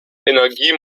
energie